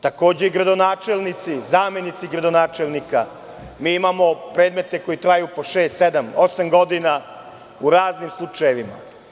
Takođe, gradonačelnici, zamenici gradonačelnika, jer mi imamo predmete koji traju po šest, sedam ili osam godina, u raznim slučajevima.